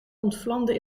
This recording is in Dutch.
ontvlamde